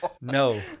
no